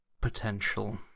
potential